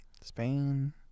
Spain